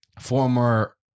former